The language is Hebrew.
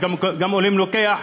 גם אלוהים לוקח,